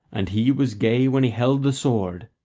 and he was gay when he held the sword,